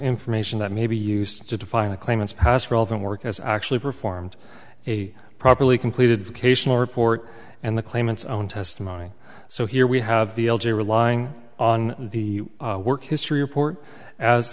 information that may be used to define a claimant's past relevant work as actually performed a properly completed cation report and the claimants own testimony so here we have the l j relying on the work history report as